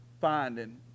finding